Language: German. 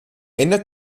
ändert